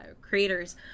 creators